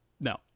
No